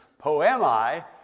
poemi